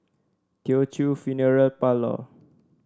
Teochew Funeral Parlour